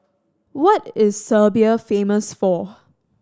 what is Serbia famous for